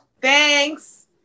Thanks